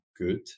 good